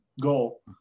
goal